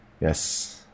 Yes